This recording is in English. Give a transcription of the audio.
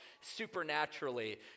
supernaturally